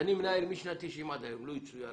ואני מנהל משנת 90' עד היום, לו יצויר,